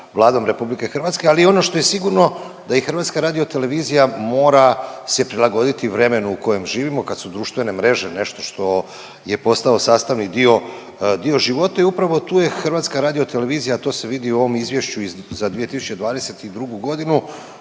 Vladom RH, ali ono što je sigurno da i HRT mora se prilagoditi vremenu u kojem živimo kad su društvene mreže nešto što je postao sastavni dio života. I upravo je tu HRT, a to se vidi u ovom izvješću za 2022.g.